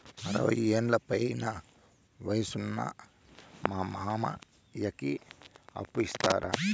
అరవయ్యేండ్ల పైన వయసు ఉన్న మా మామకి అప్పు ఇస్తారా